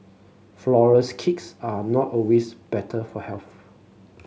flourless cakes are not always better for health